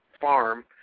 farm